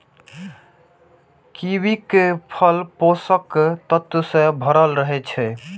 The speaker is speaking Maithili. कीवीक फल पोषक तत्व सं भरल रहै छै